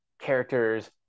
characters